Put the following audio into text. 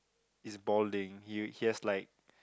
is balding he he has like